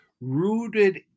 rooted